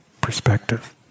perspective